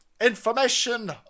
Information